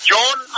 John